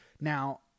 Now